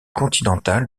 continental